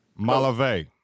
Malave